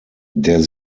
der